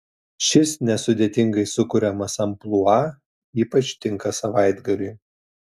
šis nesudėtingai sukuriamas amplua ypač tinka savaitgaliui